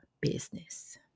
business